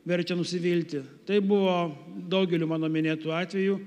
verčia nusivilti taip buvo daugeliu mano minėtų atvejų